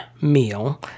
meal